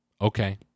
Okay